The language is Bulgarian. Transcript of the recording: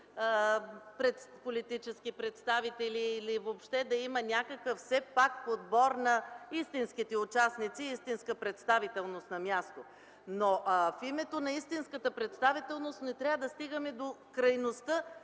политически представители или въобще да има подбор на истинските участници, истинска представителност на място. В името на истинската представителност не трябва да стигаме до крайността